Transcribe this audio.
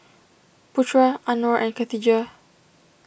Putra Anuar and Khatijah